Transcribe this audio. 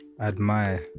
admire